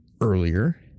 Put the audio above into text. earlier